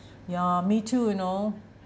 ya me too you know